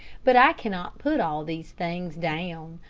but i cannot put all these things down,